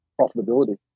profitability